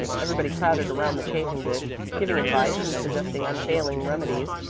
everybody crowded around the chafing-dish, giving advice and suggesting unfailing remedies.